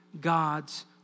God's